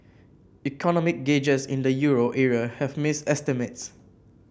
economic gauges in the euro area have missed estimates